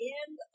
end